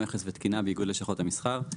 מכס ותקינה באיגוד לשכות המסחר.